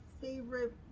favorite